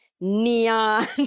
neon